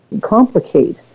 complicate